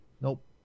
nope